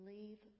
Leave